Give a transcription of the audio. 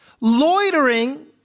loitering